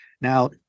Now